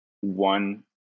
one